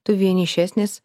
tu vienišesnis